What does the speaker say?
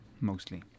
mostly